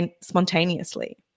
spontaneously